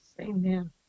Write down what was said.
amen